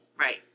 right